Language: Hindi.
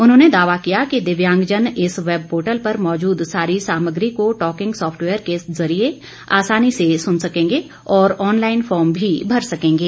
उन्होंने दावा किया कि दिव्यांगजन इस वैब पोर्टल पर मौजूद सारी सामग्री को टॉकिंग सॉफ्टवेयर के जरिए आसानी से सुन सकेंगे और ऑनलाईन फार्म भी भर सकेंगे